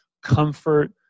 comfort